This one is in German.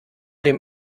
dem